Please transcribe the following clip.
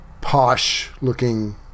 posh-looking